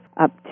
up